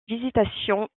visitation